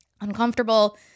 uncomfortable